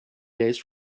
days